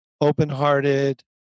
open-hearted